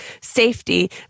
safety